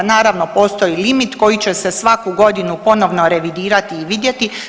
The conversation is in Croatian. Naravno postoji limit koji će se svaku godinu ponovno revidirati i vidjeti.